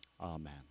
Amen